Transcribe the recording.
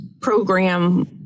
program